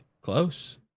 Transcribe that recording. close